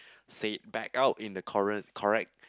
say it back out in the corre~ correct